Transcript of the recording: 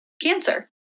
cancer